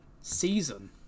season